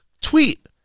tweet